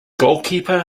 goalkeeper